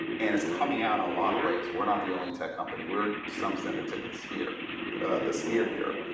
and it's coming out in a lot of ways. we're not the only tech company. we're in some sense the tip of the spear the spear here.